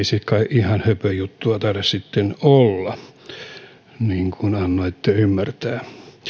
se kai ihan höpöjuttua taida olla niin kuin annoitte ymmärtää